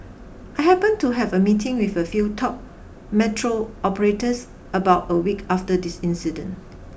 I happened to have a meeting with a few top metro operators about a week after this incident